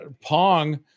Pong